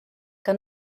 que